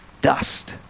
dust